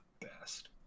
best